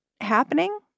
happening